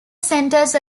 centers